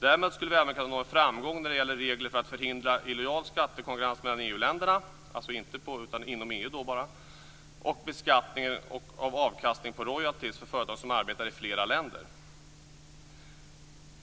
Därmed skulle vi även kunna nå en framgång när det gäller regler för att förhindra illojal skattekonkurrens mellan EU-länderna, dvs. enbart inom EU, och beskattning av avkastning på royalty för företag som arbetar i flera länder.